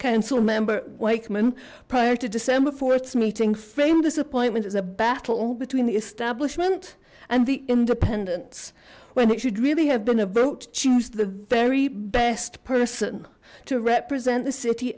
councilmember waichman prior to december th meeting frame disappointment is a battle between the establishment and the independence when it should really have been a vote choose the very best person to represent the city